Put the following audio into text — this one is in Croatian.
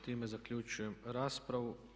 Time zaključujem raspravu.